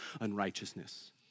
unrighteousness